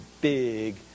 big